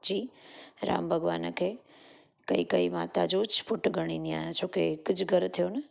जी राम भॻवान खे कैकई माता जो जि पुटु घणींदी आहियां छो के हिक जि घर थियो न